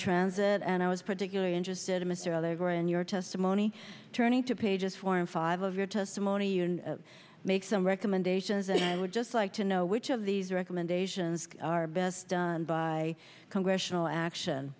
transit and i was particularly interested in mr they were in your testimony turning to pages four and five of your testimony and make some recommendations and i would just like to know which of these recommendations are best done by congressional action